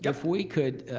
yeah if we could,